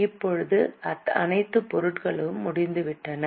இப்போது அனைத்து பொருட்களும் முடிந்துவிட்டன